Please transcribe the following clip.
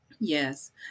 Yes